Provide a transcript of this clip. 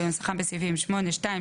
כנוסחם בסעיפים 8(2),